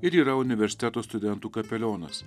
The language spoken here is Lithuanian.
ir yra universiteto studentų kapelionas